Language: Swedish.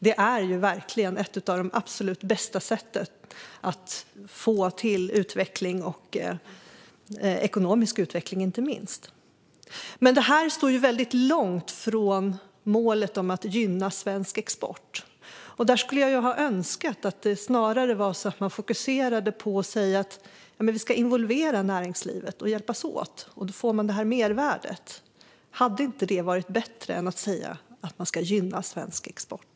Det är verkligen ett av de bästa sätten att få till utveckling - inte minst ekonomisk sådan. Men det här står väldigt långt från målet att gynna svensk export. Jag skulle önska att man snarare fokuserade på att säga att man ska involvera näringslivet och hjälpas åt för att det ger ett mervärde. Hade inte det varit bättre än att säga att man ska gynna svensk export?